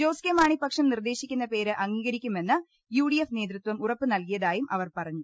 ജോസ് കെ മാണി പക്ഷം നിർദേശിക്കുന്ന പേര് അംഗീകരിക്കുമെന്ന് യുഡിഎഫ് നേതൃത്വം ഉറപ്പു നൽകിയതായും അവർ പറഞ്ഞു